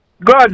Good